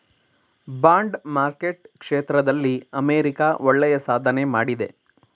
bond market ಕ್ಷೇತ್ರದಲ್ಲಿ America ಒಳ್ಳೆಯ ಸಾಧನೆ ಮಾಡಿದೆ